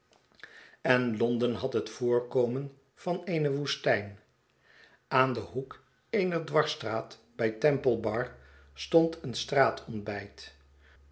en londen had het voorkomen van eene woestijn aan den hoek eener dwarsstraat bij temple bar stond een straat ontbijt